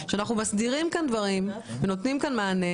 שאנחנו מסדירים כאן דברים ונותנים כאן מענה